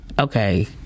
okay